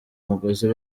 umugozi